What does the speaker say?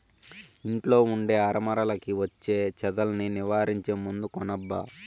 ఇంట్లో ఉండే అరమరలకి వచ్చే చెదల్ని నివారించే మందు కొనబ్బా